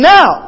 Now